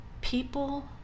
People